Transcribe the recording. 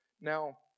Now